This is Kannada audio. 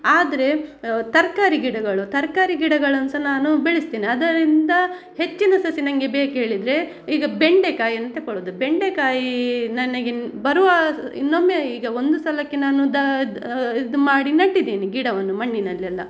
ಆದರೆ ತರಕಾರಿ ಗಿಡಗಳು ತರಕಾರಿ ಗಿಡಗಳನ್ನು ಸಹ ನಾನು ಬೆಳೆಸ್ತೀನಿ ಅದರಿಂದ ಹೆಚ್ಚಿನ ಸಸಿ ನನ್ಗೆ ಬೇಕೇಳಿದರೆ ಈಗ ಬೆಂಡೆಕಾಯನ್ನು ತಕೊಳುದು ಬೆಂಡೆಕಾಯಿ ನನಗೆ ಬರುವ ಇನ್ನೊಮ್ಮೆ ಈಗ ಒಂದು ಸಲಕ್ಕೆ ನಾನು ದ ಇದು ಮಾಡಿ ನೆಟ್ಟಿದ್ದೇನೆ ಗಿಡವನ್ನು ಮಣ್ಣಿನಲ್ಲೆಲ್ಲ